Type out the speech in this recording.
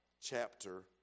chapter